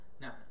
Now